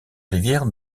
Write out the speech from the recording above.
rivières